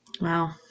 Wow